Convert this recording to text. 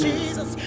Jesus